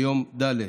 ביום ד'.